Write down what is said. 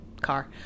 car